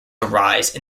arise